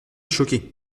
choqué